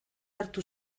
hartu